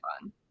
fun